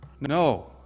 No